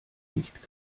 nicht